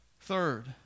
Third